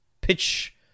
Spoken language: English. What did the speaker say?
pitch